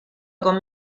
com